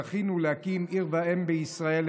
זכינו להקים עיר ואם בישראל,